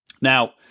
Now